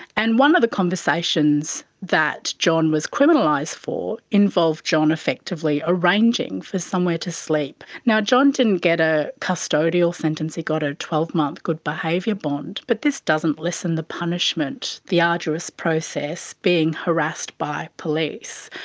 and one of the conversations that john was criminalised for involved john affectively arranging for somewhere to sleep. john didn't get a custodial sentence, he got a twelve month good behaviour bond, but this doesn't lessen the punishment, the arduous process, being harassed by police,